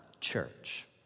church